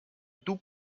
d’où